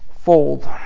fold